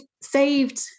saved